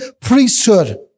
priesthood